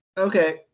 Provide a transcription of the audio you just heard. Okay